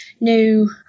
new